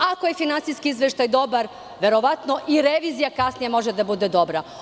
Ako je finansijski izveštaj dobar, verovatno i revizija kasnije može da bude dobra.